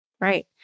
Right